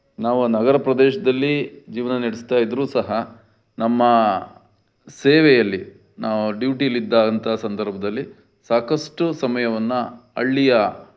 ನಾವು ನಗರ ಪ್ರದೇಶದಲ್ಲಿ ಜೀವನ ನಡೆಸ್ತಾ ಇದ್ದರೂ ಸಹ ನಮ್ಮ ಸೇವೆಯಲ್ಲಿ ನಾವು ಡ್ಯೂಟಿಲ್ಲಿ ಇದ್ದಂತಹ ಸಂದರ್ಭದಲ್ಲಿ ಸಾಕಷ್ಟು ಸಮಯವನ್ನ ಹಳ್ಳಿಯ